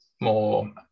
more